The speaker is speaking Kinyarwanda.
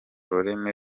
rurimi